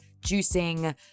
juicing